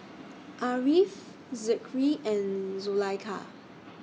Ariff Zikri and Zulaikha